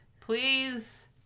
Please